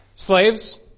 Slaves